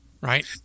right